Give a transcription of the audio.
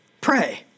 Pray